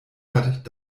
hat